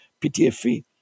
PTFE